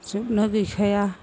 जोबनो गैखाया